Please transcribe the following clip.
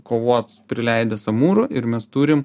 kovot prileidęs amūrų ir mes turim